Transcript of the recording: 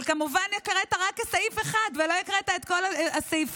אבל כמובן הקראת רק סעיף אחד ולא הקראת את כל הסעיפים.